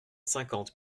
cinquante